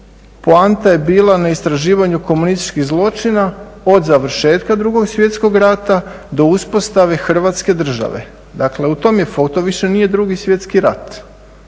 poanta je bila na istraživanju komunističkih zločina od završetka II. Svjetskog rata do uspostave Hrvatske države. Dakle, u tom je, to više nije II. Svjetski rat.